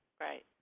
Right